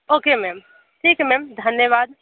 okay ma'am ठीक है ma'am धन्यवाद